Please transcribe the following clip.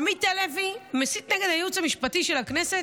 עמית הלוי מסית נגד הייעוץ המשפטי של הכנסת.